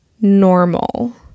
normal